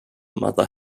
mother